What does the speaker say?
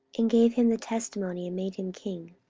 and gave him the testimony, and made him king.